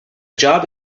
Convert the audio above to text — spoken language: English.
job